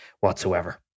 whatsoever